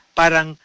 parang